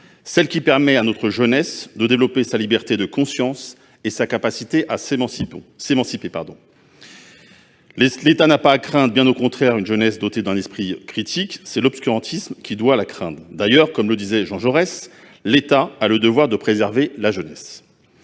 celle qui permet à notre jeunesse de développer sa liberté de conscience et sa capacité à s'émanciper. L'État n'a pas à craindre, bien au contraire, une jeunesse dotée d'esprit critique : c'est l'obscurantisme qui doit la craindre ! D'ailleurs, comme le disait Jean Jaurès, « l'État a le devoir de préserver la jeunesse